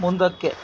ಮುಂದಕ್ಕೆ